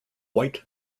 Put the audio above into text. white